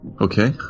Okay